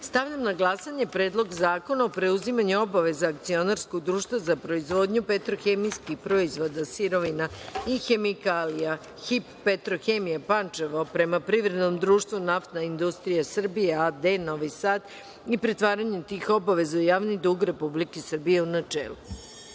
na glasanje Predlog zakona o preuzimanju obaveza akcionarskog društva za proizvodnju petrohemijskih proizvoda, sirovina i hemikalija „HIP – Petrohemija“, Pančevo, prema privrednom društvu „Naftna industrija Srbije“ a.d. Novi Sad i pretvaranju tih obaveza u javni dug Republike Srbije, u